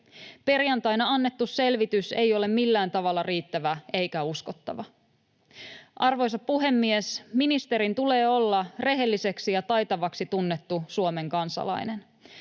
Perjantaina annettu selvitys ei ole millään tavalla riittävä eikä uskottava. Arvoisa puhemies! Ministerin tulee olla rehelliseksi ja taitavaksi tunnettu Suomen kansalainen.